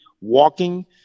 walking